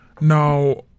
Now